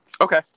okay